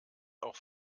auch